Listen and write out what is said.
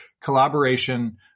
collaboration